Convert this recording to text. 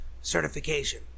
Certification